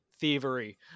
thievery